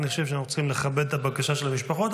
אני חושב שאנחנו צריכים לכבד את הבקשה של המשפחות,